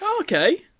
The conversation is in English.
Okay